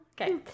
Okay